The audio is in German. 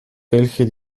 welche